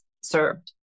served